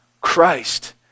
Christ